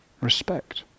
respect